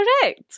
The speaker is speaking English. Correct